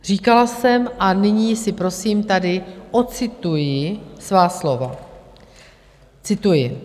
Říkala jsem, a nyní si, prosím, tady ocituji svá slova, cituji: